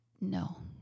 no